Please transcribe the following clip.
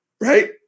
Right